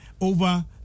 over